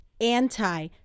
anti